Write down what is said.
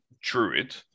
druid